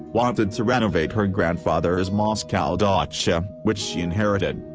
wanted to renovate her grandfather's moscow dacha, which she inherited.